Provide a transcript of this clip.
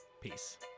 Peace